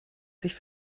sich